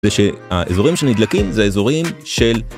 זה שהאזורים שנדלקים זה האזורים של